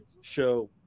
show